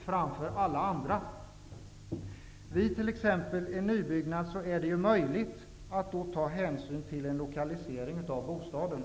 Vid en nybyggnation är det t.ex. möjligt att ta hänsyn till lokaliseringen av bostaden.